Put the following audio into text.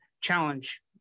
Challenge